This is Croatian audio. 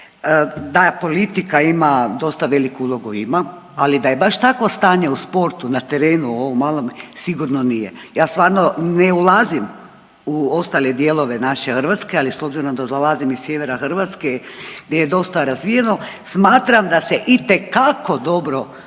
Da politika ima dosta veliku ulogu ima, ali da je baš takvo stanje u sportu, na terenu u ovom malom sigurno nije. Ja stvarno ne ulazim u ostale dijelove naše Hrvatske, ali s obzirom da dolazim iz sjevera Hrvatske gdje je dosta razvijeno, smatram da se itekako dobro ovoga